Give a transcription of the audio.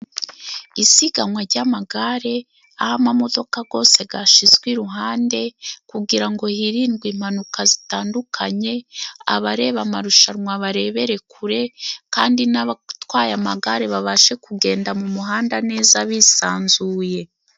Isiganwa ry'amagare aho amamodoka gose gashyizwe iruhande kugira ngo hirindwe impanuka zitandukanye, abareba amarushanwa barebere kure kandi n'abatwaye amagare babashe kugenda mu muhanda neza bisanzuye.